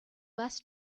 less